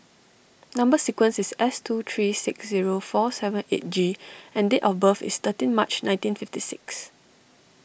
Number Sequence is S two three six zero four seven eight G and date of birth is thirteen March nineteen fifty six